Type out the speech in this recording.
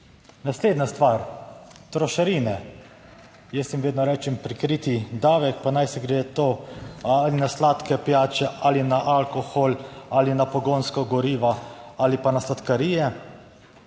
Naslednja stvar, trošarine. Jaz jim vedno rečem prikriti davek, pa naj si gre to ali na sladke pijače ali na alkohol ali na pogonska goriva ali pa na sladkarije.